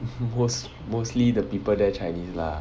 most mostly the people there chinese lah